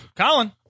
Colin